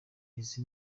izi